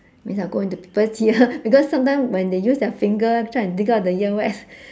means I'll go into people's ear because sometimes when they use their finger to try and dig out the earwax